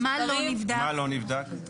מה לא נבדק?